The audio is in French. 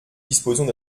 disposons